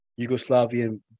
Yugoslavian